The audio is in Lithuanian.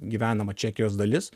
gyvenama čekijos dalis